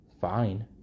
Fine